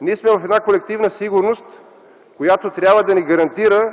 Ние сме в една колективна сигурност, която трябва да ни гарантира